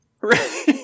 Right